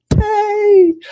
hey